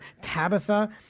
Tabitha